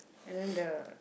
and then the